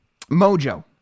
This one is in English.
Mojo